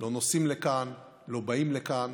לא נוסעים לכאן, לא באים לכאן,